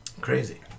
Crazy